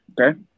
Okay